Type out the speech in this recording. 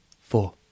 Four